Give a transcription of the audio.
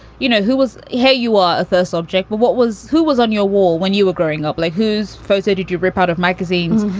you know, who was hey, you are a so subject. but what was who was on your wall when you were growing up? like whose photo did you rip out of magazines?